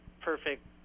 perfect